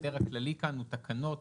ההיתר הכללי כאן הוא תקנות,